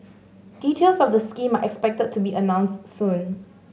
details of the scheme are expected to be announced soon